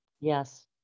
Yes